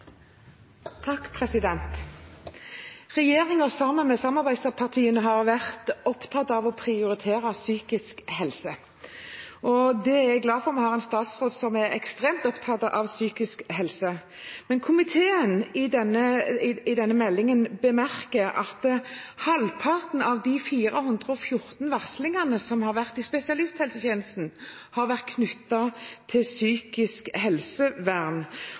jeg glad for. Vi har en statsråd som er ekstremt opptatt av psykisk helse. Men komiteen bemerker i denne innstillingen at halvparten av de 414 varslingene som har vært i spesialisthelsetjenesten, har vært knyttet til psykisk helsevern,